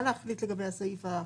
מה להחליט לגבי הסעיף.